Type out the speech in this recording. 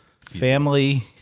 family